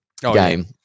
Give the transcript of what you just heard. game